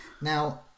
Now